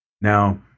Now